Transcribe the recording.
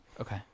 okay